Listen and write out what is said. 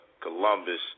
Columbus